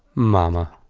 momma.